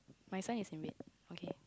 my sign is in wait okay